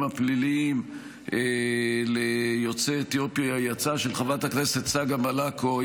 הפליליים ליוצאי אתיופיה היא הצעה של חברת הכנסת צגה מלקו,